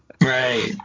Right